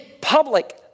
public